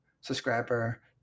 subscriber